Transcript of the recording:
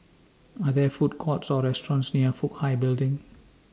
Are There Food Courts Or restaurants near Fook Hai Building